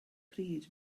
pryd